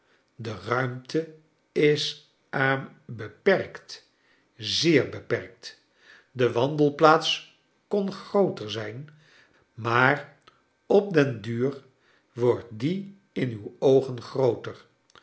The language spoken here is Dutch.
de ruimte is hm beperkt zeer beperkt de wandelplaats kon grooter zijn maar op den duur wordt die in uw oogen grooter